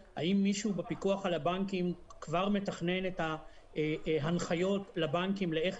האם מישהו בפיקוח על הבנקים כבר מתכנן את ההנחיות לבנקים לאיך